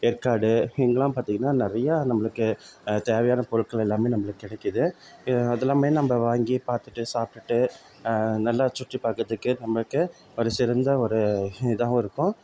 ஏற்காடு இங்கெல்லாம் பார்த்திங்கன்னா நிறையா நம்பளுக்கு தேவையான பொருட்கள் எல்லாமே நம்மளுக்கு கிடைக்கிது இதை அதெல்லாமே நம்ப வாங்கி பார்த்துட்டு சாப்பிடுட்டு நல்லா சுற்றி பார்க்கறதுக்கு நம்மளுக்கு ஒரு சிறந்த ஒரு இதாகவும் இருக்கும்